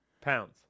Pounds